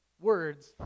words